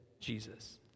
jesus